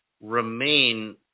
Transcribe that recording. remain